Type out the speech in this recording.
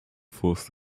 forced